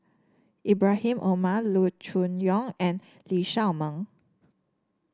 Ibrahim Omar Loo Choon Yong and Lee Shao Meng